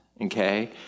Okay